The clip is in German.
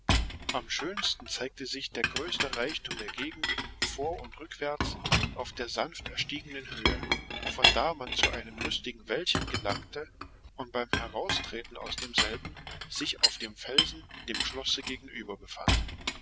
am schönsten zeigte sich der größte reichtum der gegend vor und rückwärts auf der sanfterstiegenen höhe von da man zu einem lustigen wäldchen gelangte und beim heraustreten aus demselben sich auf dem felsen dem schlosse gegenüber befand